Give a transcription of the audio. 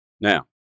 Now